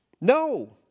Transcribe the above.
No